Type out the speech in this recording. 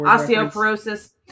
Osteoporosis